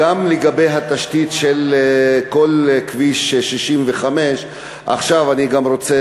גם לגבי התשתית של כל כביש 65. אני גם רוצה